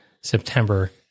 September